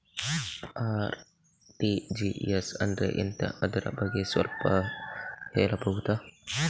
RTGS ಅಂದ್ರೆ ಎಂತ ಅದರ ಬಗ್ಗೆ ಸ್ವಲ್ಪ ಹೇಳಬಹುದ?